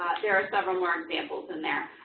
there are several more examples in there.